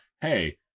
hey